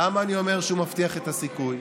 למה אני אומר שהוא מבטיח את הסיכוי?